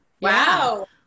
Wow